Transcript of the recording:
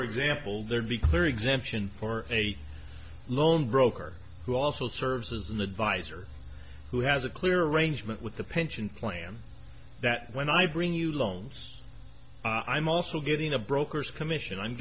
for example there be clear exemption for a loan broker who also serves as an advisor who has a clear arrangement with the pension plan that when i bring you loans i'm also getting a broker's commission i'm